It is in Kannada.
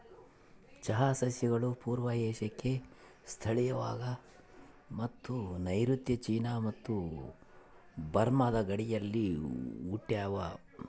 ಚಹಾ ಸಸ್ಯಗಳು ಪೂರ್ವ ಏಷ್ಯಾಕ್ಕೆ ಸ್ಥಳೀಯವಾಗವ ಮತ್ತು ನೈಋತ್ಯ ಚೀನಾ ಮತ್ತು ಬರ್ಮಾದ ಗಡಿಯಲ್ಲಿ ಹುಟ್ಟ್ಯಾವ